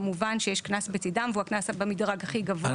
כמובן שיש קנס בצדם והוא קנס במדרג הכי גבוה.